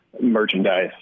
Merchandise